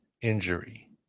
injury